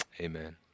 Amen